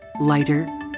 Lighter